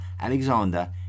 Alexander